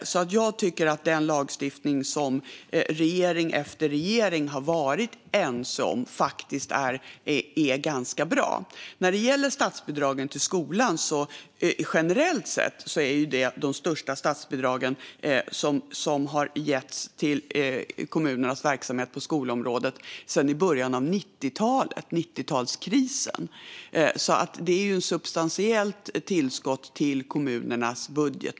Jag tycker att den lagstiftning som regering efter regering har varit ense om är ganska bra. När det gäller statsbidragen till skolan generellt sett är dessa de största som har getts till kommunernas verksamhet på skolområdet sedan i början av 90-talet, under 90-talskrisen. Det är ett substantiellt tillskott till kommunernas budget.